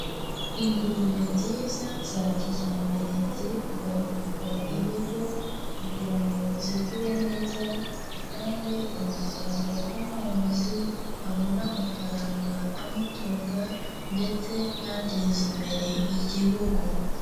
Ingurube nziza za kijyambere ziri kugaburirwa ibiryo kugira ngo zikure neza zitange umusaruro ku mworozi abone, amafaranga amutunga ndetse n'ateza imbere Igihugu.